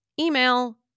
email